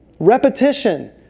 repetition